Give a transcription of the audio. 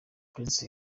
prince